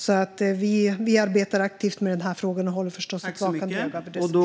Vi arbetar alltså aktivt med den här frågan och håller förstås ett vakande öga på det som sker.